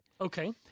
Okay